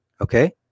Okay